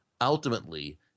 ultimately